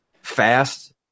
fast